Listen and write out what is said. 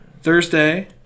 Thursday